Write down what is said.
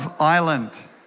Island